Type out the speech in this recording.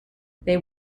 they